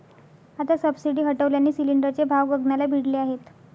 आता सबसिडी हटवल्याने सिलिंडरचे भाव गगनाला भिडले आहेत